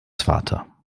vater